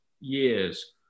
years